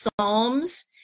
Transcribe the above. psalms